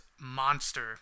monster